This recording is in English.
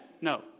No